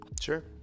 Sure